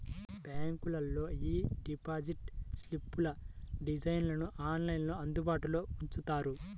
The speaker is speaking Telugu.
బ్యాంకులోళ్ళు యీ డిపాజిట్ స్లిప్పుల డిజైన్లను ఆన్లైన్లో అందుబాటులో ఉంచుతారు